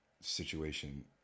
situation